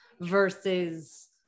versus